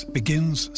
begins